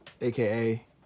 Aka